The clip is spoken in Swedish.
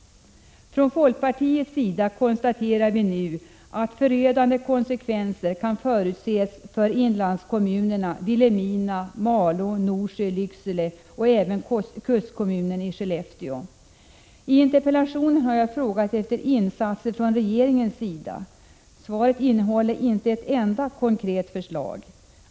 Från folkpartiets sida konstaterar vi att förödande konsekvenser kan förutses för inlandskommunerna Vilhelmina, Malå, Norsjö och Lycksele men även för kustkommunen Skellefteå. I interpellationen har jag frågat efter insatser från regeringens sida. Svaret innehåller inte ett enda konkret förslag.